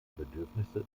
bedürfnisse